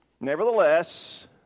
nevertheless